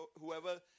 whoever